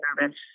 nervous